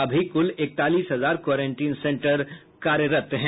अभी कुल एकतालीस हजार क्वारेटाईन सेंटर कार्यरत है